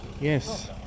Yes